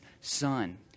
son